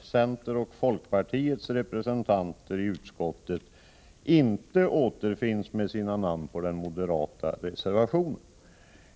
centerns och folkpartiets representanter i utskottet inte återfinns med sina namn på den moderata reservationen.